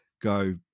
go